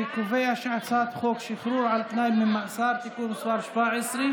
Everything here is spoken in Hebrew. אני קובע שהצעת חוק שחרור על תנאי ממאסר (תיקון מס' 17)